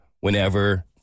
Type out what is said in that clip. whenever